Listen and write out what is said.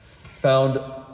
found